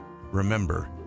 remember